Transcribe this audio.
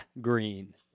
green